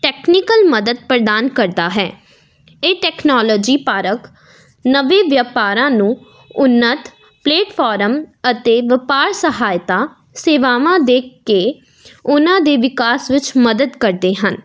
technical ਮਦਦ ਪ੍ਰਦਾਨ ਕਰਦਾ ਹੈ ਇਹ ਟੈਕਨੋਲਜੀ ਪਾਰਕ ਨਵੇਂ ਵਪਾਰਾਂ ਨੂੰ ਉੱਨਤ ਪਲੇਟਫਾਰਮ ਅਤੇ ਵਪਾਰ ਸਹਾਇਤਾ ਸੇਵਾਵਾਂ ਦੇਖ ਕੇ ਉਹਨਾਂ ਦੇ ਵਿਕਾਸ ਵਿੱਚ ਮਦਦ ਕਰਦੇ ਹਨ